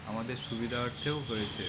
আমাদের সুবিধার্থেও হয়েছে